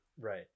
Right